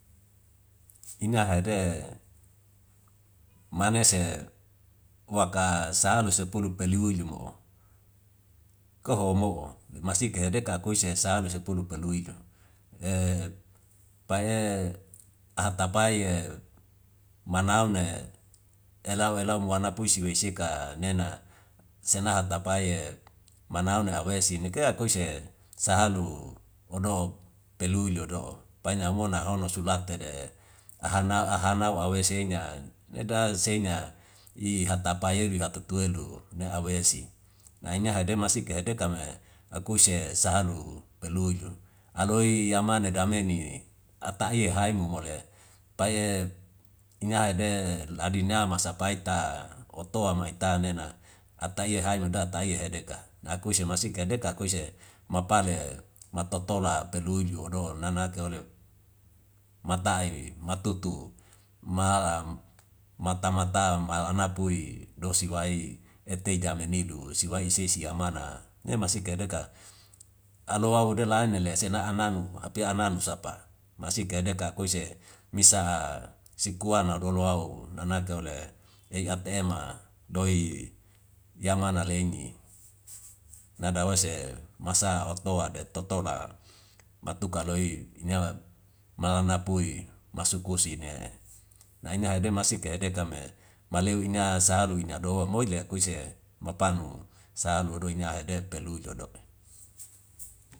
Ina hede manese waka sa alu sepulu peli uile mo koho mo masike hedeka akuise sa alu sepulu pelu ilu pae ahata pai manau ne elau elau muana puisi wei seka nena sena hata pai manau ne hawese nike akuise sahalu odok pelu uilo do pai namona sulate de aha na awe senya eda senya ihatapa yewi hatutu elu ne awesi ina hede masika hede kame akuise sahalu peluyu. Aloi yamane dameni ata iha emo mole pai ina hede la dina masa pai ta otoa ma ita nena ata iya hai mada tai hedeka akuise masika deka akuise mapale matotola peluyu ado nanake ole mata'i matutu malam mata mata malana pui dosi wai ete jame nilu si wai isesi yamana ne masika deka. Alo wa ude la ane le sena ana nu api ananu sapa masika deka akuise misa'a si kuana dolo au nanake ole ei ata ema doi yaman leini. Na da ose masa oktoa de totola matuka loi ina malam na pui masukusi ne na ina hede masika kehe deka me maleu ina sa alu ina do moile akuise mapanu sa alu ina hede pelui lodok.